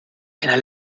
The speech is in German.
einer